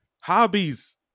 hobbies